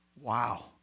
Wow